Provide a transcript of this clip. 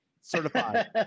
Certified